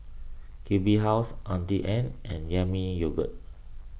Q B House Auntie Anne's and Yami Yogurt